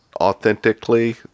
authentically